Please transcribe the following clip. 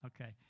Okay